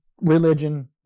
religion